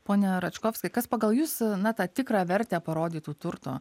pone račkovski kas pagal jus na tą tikrą vertę parodytų turto